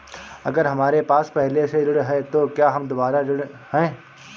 अगर हमारे पास पहले से ऋण है तो क्या हम दोबारा ऋण हैं?